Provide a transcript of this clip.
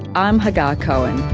i'm hagar cohen.